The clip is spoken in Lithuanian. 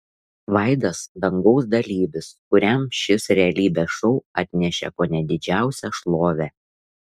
vaidas dangaus dalyvis kuriam šis realybės šou atnešė kone didžiausią šlovę